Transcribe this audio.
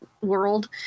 world